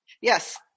Yes